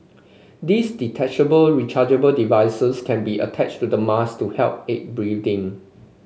these detachable rechargeable devices can be attached to the mass to help aid breathing